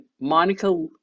Monica